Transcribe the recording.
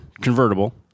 convertible